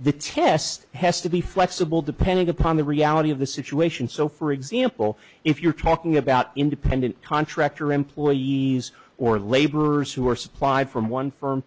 the test has to be flexible depending upon the reality of the situation so for example if you're talking about independent contractor employees or laborers who are supplied from one f